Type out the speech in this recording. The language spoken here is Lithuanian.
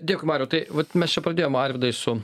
dėkui mariau tai vat mes čia pradėjom arvydai su